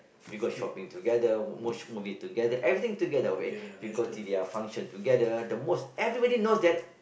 we go shopping together watch movie together everything together we we go T D L function together the most everybody knows that